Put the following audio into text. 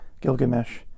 Gilgamesh